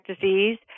disease